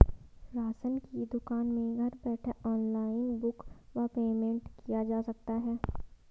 Ration की दुकान में घर बैठे ऑनलाइन बुक व पेमेंट किया जा सकता है?